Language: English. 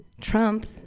Trump